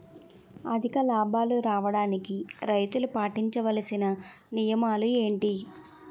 అధిక లాభాలు రావడానికి రైతులు పాటించవలిసిన నియమాలు ఏంటి